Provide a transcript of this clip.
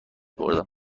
بردم